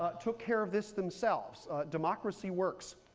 ah took care of this themselves. democracy works.